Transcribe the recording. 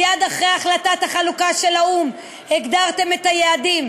מייד אחרי החלטת החלוקה של האו"ם הגדרתם את היעדים.